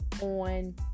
on